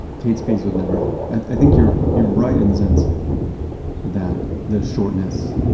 catesbys would never. i think you're you're right in the sense that the shortness,